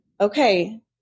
okay